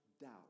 doubt